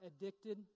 addicted